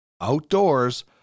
outdoors